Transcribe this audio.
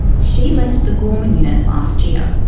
she left the gorman unit last year.